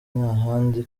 ntahandi